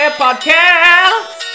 podcast